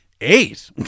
eight